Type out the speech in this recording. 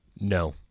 No